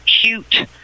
cute